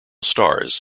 stars